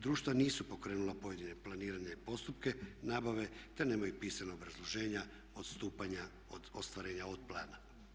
Društva nisu pokrenula pojedine planirane postupke nabave te nemaju pisana obrazloženja odstupanja od ostvarenja od plana.